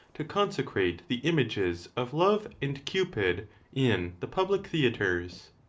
to consecrate the images of love and cupid in the public theatres.